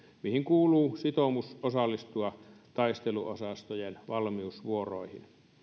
mihin kuuluu sitoumus osallistua taisteluosastojen valmiusvuoroihin